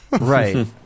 Right